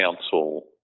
council